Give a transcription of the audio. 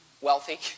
wealthy